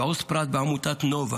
ועו"ס פרט בעמותת נובה.